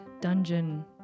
dungeon